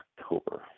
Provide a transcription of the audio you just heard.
October